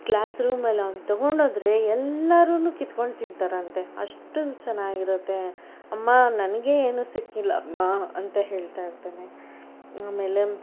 class room ಅಲ್ಲವ್ನು ತಗೊಂಡೋದ್ರೆ ಎಲ್ಲರೂನು ಕಿತ್ಕೊಂಡು ತಿಂತಾರಂತೆ ಅಷ್ಟೊಂದು ಚೆನ್ನಾಗಿರುತ್ತೆ ಅಮ್ಮ ನನಗೆ ಏನೂ ಸಿಕ್ಕಿಲ್ಲ ಅಮ್ಮ ಅಂತ ಹೇಳ್ತಾಯಿರ್ತಾನೆ ಆಮೇಲೆ